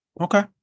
Okay